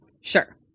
Sure